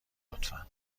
لطفا